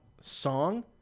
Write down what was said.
song